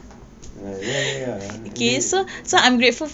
ya ya ya eh